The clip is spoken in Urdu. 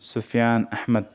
سفیان احمد